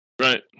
Right